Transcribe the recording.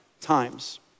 times